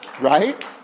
Right